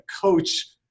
coach